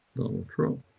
donald trump.